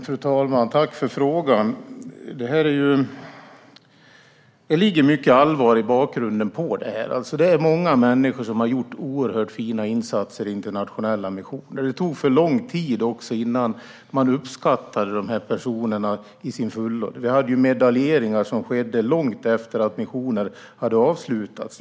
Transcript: Fru talman! Tack för frågan! Det ligger mycket allvar bakom detta. Många människor har gjort oerhört fina insatser i internationella missioner. Det tog också för lång tid innan man uppskattade dessa personer till fullo. Medaljeringar skedde långt efter det att missioner avslutats.